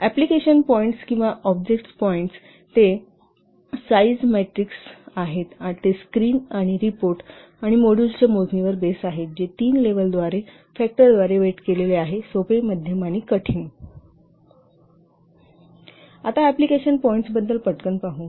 application points किंवा object points हे size metrics आहेत आणि ते स्क्रीन रिपोर्ट आणि मॉड्यूल्सची मोजणीवर बेस आहेत जे तीन लेवल फॅक्टरद्वारे वेट केलेले आहेत सोपे मध्यम आणि कठीण असू शकतात आता एप्लिकेशन पॉईंट्स बद्दल पटकन पाहू